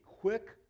quick